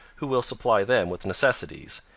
who will supply them with necessities,